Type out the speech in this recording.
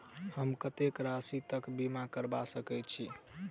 हम कत्तेक राशि तकक बीमा करबा सकैत छी?